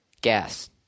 gas